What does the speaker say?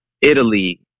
Italy